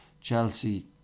Chelsea